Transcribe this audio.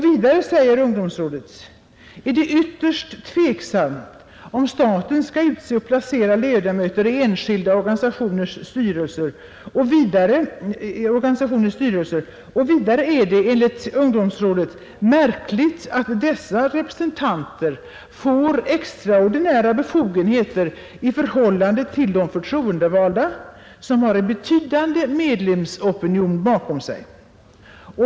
Vidare, säger ungdomsrådet, är det ytterst tveksamt om staten skall utse och placera ledamöter i enskilda organisationers styrelser. Det är enligt ungdomsrådet märkligt att dessa representanter får extraordinära befogenheter i förhållande till de förtroendevalda, som har en betydande medlemsopinion bakom sig.